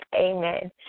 amen